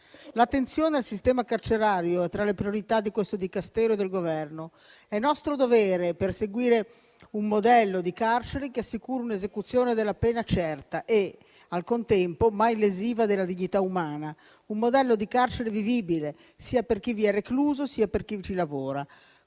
L'attenzione al sistema carcerario è tra le priorità di questo Dicastero e del Governo. È nostro dovere perseguire un modello di carcere che assicuri un'esecuzione della pena certa e, al contempo, mai lesiva della dignità umana; un modello di carcere vivibile sia per chi vi è recluso, sia per chi ci lavora.